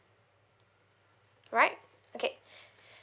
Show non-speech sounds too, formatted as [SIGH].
right okay [BREATH]